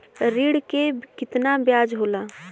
ऋण के कितना ब्याज होला?